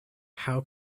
how